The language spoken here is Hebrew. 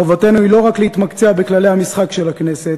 חובתנו היא לא רק להתמקצע בכללי המשחק של הכנסת,